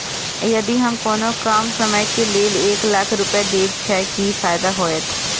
यदि हम कोनो कम समय के लेल एक लाख रुपए देब छै कि फायदा होयत?